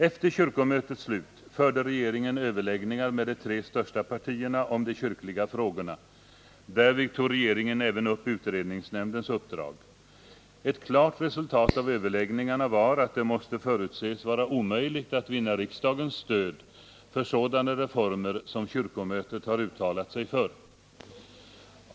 Efter kyrkomötets slut förde regeringen överläggningar med de tre största partierna om de kyrkliga frågorna. Därvid tog regeringen även upp utredningsnämndens uppdrag. Ett klart resultat av överläggningarna var att det måste förutses vara omöjligt att vinna riksdagens stöd för sådana reformer som kyrkomötet har uttalat sig för.